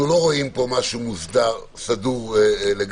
אנחנו לא רואים פה משהו סדור לגמרי.